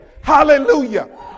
hallelujah